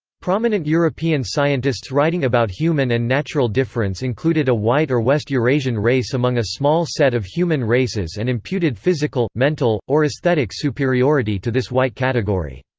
prominent european scientists writing about human and natural difference included a white or west eurasian race among a small set of human races and imputed physical, mental, or aesthetic superiority to this white category.